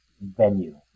venue